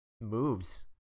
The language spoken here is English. moves